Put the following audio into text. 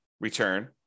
return